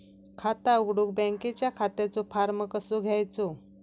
खाता उघडुक बँकेच्या खात्याचो फार्म कसो घ्यायचो?